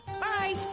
Bye